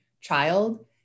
child